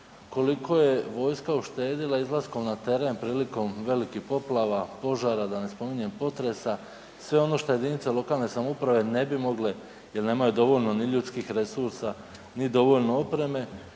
koliko je vojska uštedila izlaskom na teren prilikom velikih poplava, požara, da ne spominjem potresa, sve ono što JLS-ovi ne bi mogle jel nemaju dovoljno ni ljudskih resursa, ni dovoljno opreme,